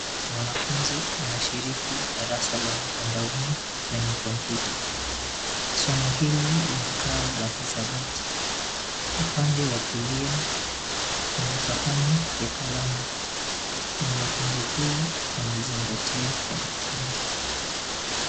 Mwanafunzi anashikiri darasa la mtandaoni kwenye komputa. Somo hili linakaa la hisabati. Upande wa kulia kuna sahani ya kalamu. Mwanafunzi huyu amezingatia kwa makini.